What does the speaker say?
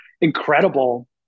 incredible